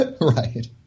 Right